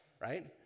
right